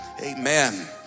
Amen